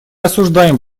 осуждаем